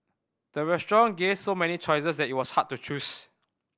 the restaurant gave so many choices that it was hard to choose